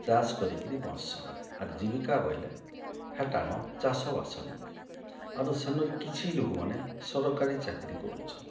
ଚାଷ୍ କରିକିରି ବଞ୍ଚସନ୍ ଆର୍ ଜୀବିକା ବଏଲେ ହେଟାନ ଚାଷ ବାଷ୍ନ ଆରୁ ସେନର୍ କିଛି ଲୋକ୍ମାନେ ସରକାରୀ ଚାକିରି କରୁଛନ୍